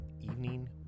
evening